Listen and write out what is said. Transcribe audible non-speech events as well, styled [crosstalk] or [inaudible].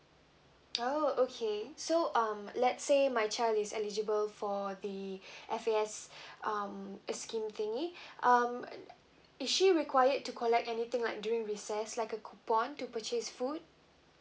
oh okay so um let's say my child is eligible for the [breath] F_A_S [breath] um uh scheme thingy [breath] um is she required to collect anything like during recess like a coupon to purchase food